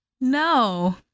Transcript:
No